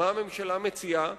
אבל מה הממשלה מציעה?